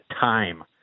time